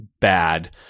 bad